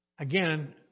Again